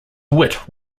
wit